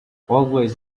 always